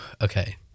Okay